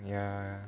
ya